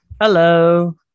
Hello